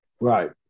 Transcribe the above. right